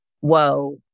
whoa